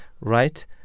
right